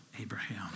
Abraham